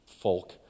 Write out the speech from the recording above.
folk